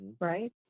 right